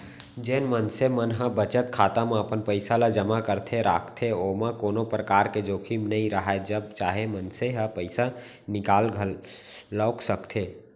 जेन मनसे मन ह बचत खाता म अपन पइसा ल जमा करके राखथे ओमा कोनो परकार के जोखिम नइ राहय जब चाहे मनसे ह पइसा निकाल घलौक सकथे